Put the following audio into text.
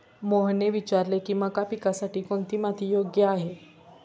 मोहनने विचारले की मका पिकासाठी कोणती माती योग्य आहे?